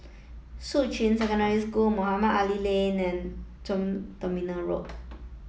Shuqun Secondary School Mohamed Ali Lane and Tuas Terminal Road